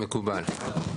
מקובל.